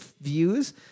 views